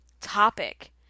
topic